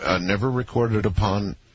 never-recorded-upon